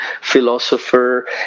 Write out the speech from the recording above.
philosopher